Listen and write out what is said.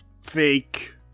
fake